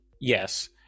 Yes